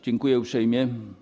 Dziękuję uprzejmie.